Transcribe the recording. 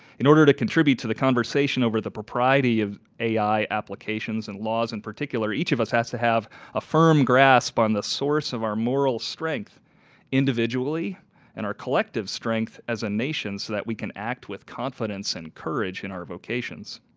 in order to contribute to the conversation over the propriety of ai applications and laws, in particular each of us has to have a firm grasp on the source of our moral strength individually and or collective strength as a nation so that we can act with confidence and courage in our vocations.